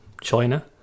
China